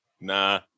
Nah